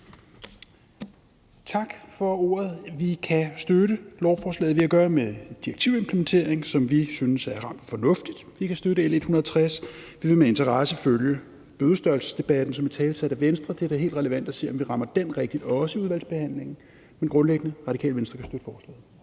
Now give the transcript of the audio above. Tak for ordet. Vi kan støtte lovforslaget. Vi har at gøre med en direktivimplementering, som vi synes er ret fornuftig. Vi kan støtte L 160, og vi vil med interesse følge bødestørrelsesdebatten, som er italesat af Venstre. Det er da helt relevant at se, om vi rammer den rigtigt, også i udvalgsbehandlingen. Men grundlæggende: Radikale Venstre kan støtte forslaget.